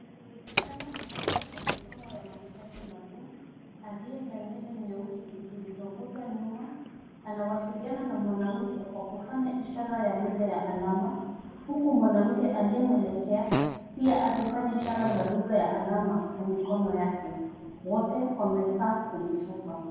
Msichana mdogo wa masomo ya mahitaji maalum aliye na nwele nyeusi zilizovutwa nyuma, anawasiliana na mwanamke kwa kufanya ishara ya lugha ya alama huku mwanamke aliyemwelekea pia akifanya ishara za lugha ya alama kwa mikono yake. Wote wamekaa kwenye sofa.